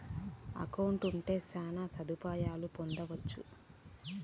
account ఉంటే శ్యాన సదుపాయాలను పొందొచ్చు